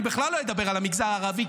אני בכלל לא אדבר על המגזר הערבי,